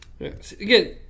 Again